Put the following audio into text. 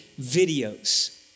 videos